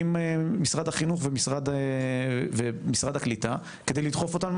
עם משרד החינוך ומשרד הקליטה כדי לדחוף אותם,